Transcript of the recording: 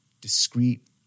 discrete